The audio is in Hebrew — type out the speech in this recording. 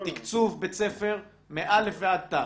תקצוב בית ספר מ-א ועד ת,